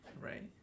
Right